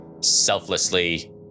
selflessly